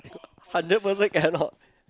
hundred percent cannot